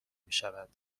میشود